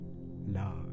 love